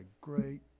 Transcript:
great